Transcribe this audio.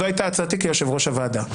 זו הייתה הצעתי כיושב-ראש הוועדה,